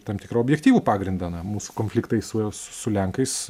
tam tikrą objektyvų pagrindą na mūsų konfliktai su su lenkais